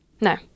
No